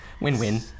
Win-win